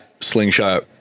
Slingshot